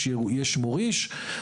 יש מוריש,